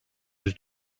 yüz